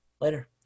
later